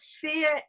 fear